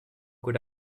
could